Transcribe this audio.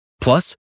Plus